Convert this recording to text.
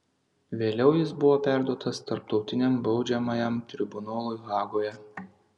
vėliau jis buvo perduotas tarptautiniam baudžiamajam tribunolui hagoje